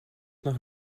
nach